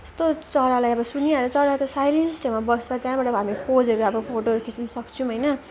यस्तो चरालाई अब सुनिहाल्यो चरा त साइलेन्स ठाउँमा बस्छ त्यहाँबाट अब हामी पोजहरू अब फोटोहरू खिच्न सक्छौँ होइन